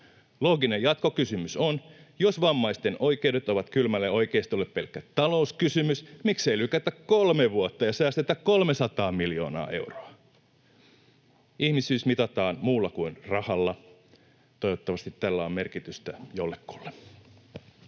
Looginen jatkokysymys on: jos vammaisten oikeudet ovat kylmälle oikeistolle pelkkä talouskysymys, miksei lykätä kolme vuotta ja säästetä 300 miljoonaa euroa? Ihmisyys mitataan muulla kuin rahalla. Toivottavasti tällä on merkitystä jollekulle.